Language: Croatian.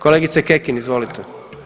Kolegice Kekin, izvolite.